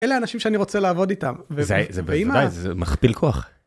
אלה אנשים שאני רוצה לעבוד איתם. -זה, בוודאי, זה מכפיל כוח.